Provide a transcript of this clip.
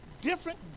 different